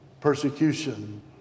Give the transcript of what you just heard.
persecution